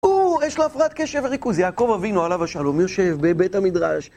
הוא, יש לו הפרעת קשב וריכוז, יעקב אבינו עליו השלום, יושב בבית המדרש.